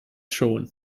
schon